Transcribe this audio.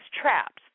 traps